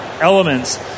elements